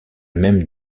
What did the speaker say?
même